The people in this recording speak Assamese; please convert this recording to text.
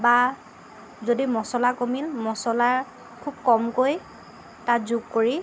বা যদি মচলা কমিল মচলা খুব কমকৈ তাত যোগ কৰি